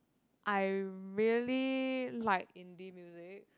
I really like indie music